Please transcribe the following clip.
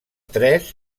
tres